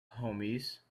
homies